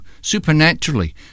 supernaturally